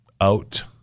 out